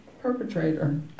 perpetrator